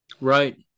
right